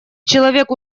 человек